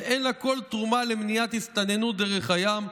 ואין לה כל תרומה למניעת הסתננות דרך הים,